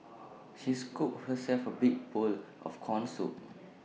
she scooped herself A big bowl of Corn Soup